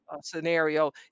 scenario